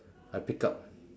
I pick up